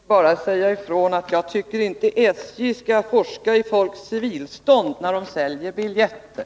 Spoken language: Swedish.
Herr talman! Jag vill bara säga ifrån att jag inte tycker att SJ skall forska i folks civilstånd när man säljer biljetter.